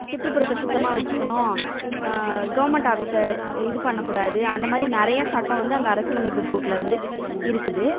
சுற்றுப்புறத்தை சுத்தமாக வச்சுக்கணும் கவர்ன்மெண்ட் ஆபீஸை இது பண்ணக் கூடாது அந்த மாதிரி நிறைய சட்டம் வந்து அந்த அரசியலமைப்பு புக்கில் வந்து இருக்குது